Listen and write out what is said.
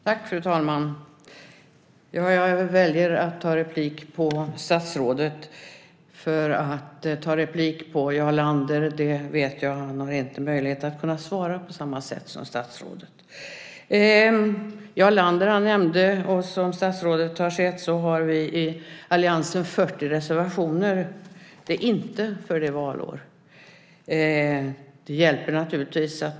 Fru talman! Jag väljer att ta replik på statsrådets anförande och inte på Jarl Landers anförande eftersom han inte har möjlighet att svara på samma sätt som statsrådet. Jarl Lander nämnde, vilket också statsrådet har sett, att vi i alliansen har 40 reservationer. Det är inte för att det är valår.